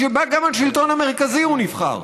שבה גם השלטון המרכזי הוא נבחר.